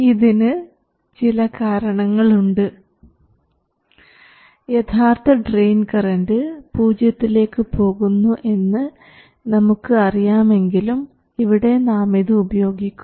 ഇതിന് ചില കാരണങ്ങളുണ്ട് യഥാർത്ഥ ഡ്രെയിൻ കറൻറ് പൂജ്യത്തിലേക്ക് പോകുന്നു എന്ന് നമുക്ക് അറിയാമെങ്കിലും ഇവിടെ നാം ഇത് ഉപയോഗിക്കുന്നു